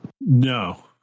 No